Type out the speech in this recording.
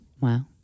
Wow